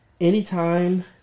Anytime